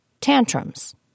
tantrums